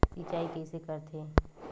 सिंचाई कइसे करथे?